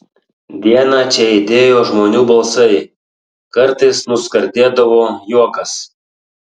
dieną čia aidėjo žmonių balsai kartais nuskardėdavo juokas